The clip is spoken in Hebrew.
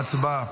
להצבעה.